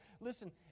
Listen